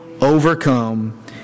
overcome